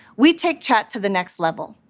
we take chat to the next level.